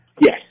Yes